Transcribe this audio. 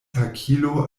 hakilo